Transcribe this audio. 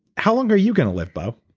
how long are you going to lift up?